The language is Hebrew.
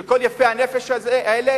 של כל יפי הנפש האלה,